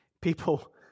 People